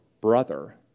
brother